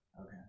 okay